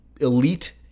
elite